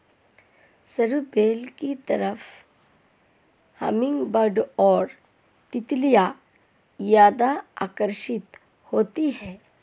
सरू बेल की तरफ हमिंगबर्ड और तितलियां ज्यादा आकर्षित होती हैं